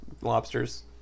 lobsters